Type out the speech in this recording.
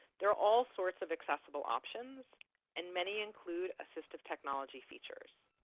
there are all sorts of accessible options and many include assistive technology features.